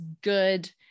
good